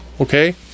okay